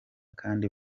kandi